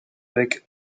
avec